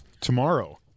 Tomorrow